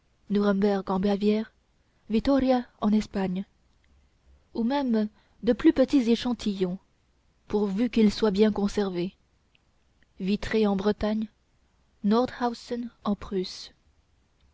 en bavière vittoria en espagne ou même de plus petits échantillons pourvu qu'ils soient bien conservés vitré en bretagne nordhausen en prusse